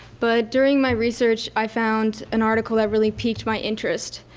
but during my research i found an article that really piqued my interest.